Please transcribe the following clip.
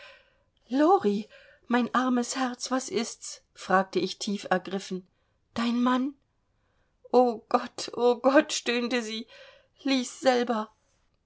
lori mein armes herz was ist's fragte ich tief ergriffen dein mann o gott o gott stöhnte sie lies selber